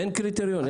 אין קריטריון.